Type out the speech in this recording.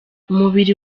umubiri